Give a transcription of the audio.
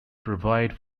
provide